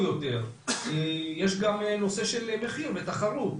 יותר ויש גם נושא של מחיר ותחרות.